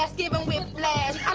ah yeah but whiplash